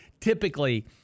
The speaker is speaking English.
typically